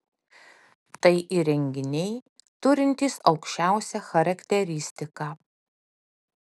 tai įrenginiai turintys aukščiausią charakteristiką